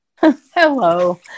hello